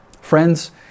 Friends